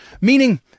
meaning